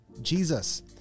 Jesus